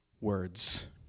words